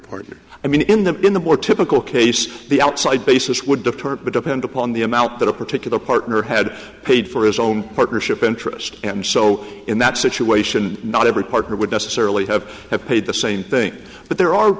partner i mean in the in the more typical case the outside basis would deter but depend upon the amount that a particular partner had paid for his own partnership interest and so in that situation not every partner would necessarily have have paid the same thing but there are